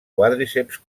quàdriceps